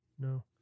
no